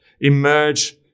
emerge